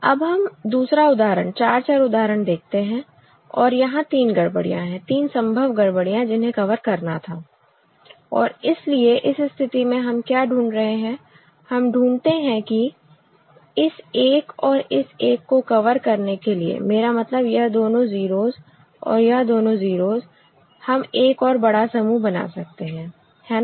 अब हम दूसरा उदाहरण 4 चर उदाहरण देखते हैं और यहां तीन गड़बड़ियां है तीन संभव गड़बड़ियां जिन्हें कवर करना था और इसलिए इस स्थिति में हम क्या ढूंढ रहे हैं हम ढूंढते हैं कि इस एक और इस एक को कवर करने के लिए मेरा मतलब यह दोनों 0's और यह दोनों 0's हम एक और बड़ा समूह बना सकते हैं है ना